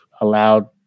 allowed